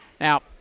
Now